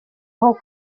aho